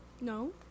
No